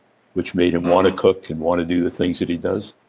which made him wanna cook and wanna do the things that he does.